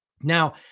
Now